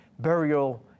burial